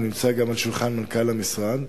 הוא נמצא גם על שולחן מנכ"ל המשרד.